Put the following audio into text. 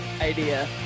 idea